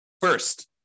First